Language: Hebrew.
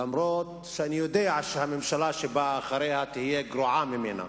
אף-על-פי שאני יודע שהממשלה שבאה אחריה תהיה גרועה ממנה,